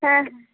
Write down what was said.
হ্যাঁ